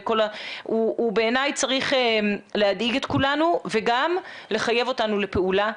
הוא בעיני צריך להדאיג את כולנו וגם לחייב אותנו לפעולה,